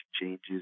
changes